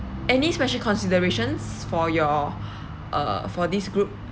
any special considerations for your uh for this group